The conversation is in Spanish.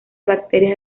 bacterias